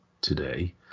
Today